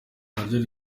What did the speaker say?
naryo